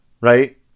Right